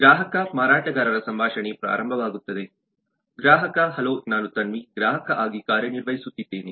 "ಗ್ರಾಹಕ ಮಾರಾಟಗಾರರ ಸಂಭಾಷಣೆ ಪ್ರಾರಂಭವಾಗುತ್ತದೆ" ಗ್ರಾಹಕ ಹಲೋ ನಾನು ತನ್ವಿ ಗ್ರಾಹಕ ಆಗಿ ಕಾರ್ಯನಿರ್ವಹಿಸುತ್ತಿದ್ದೇನೆ